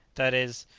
that is,